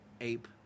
Ape